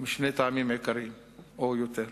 משני טעמים עיקריים או יותר.